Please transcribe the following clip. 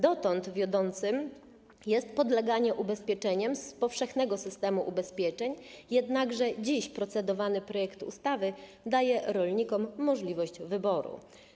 Dotąd wiodące jest podleganie ubezpieczeniu z powszechnego systemu ubezpieczeń, jednakże dziś procedowany projekt ustawy daje rolnikom możliwość wyboru.